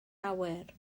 awyr